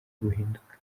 guhinduka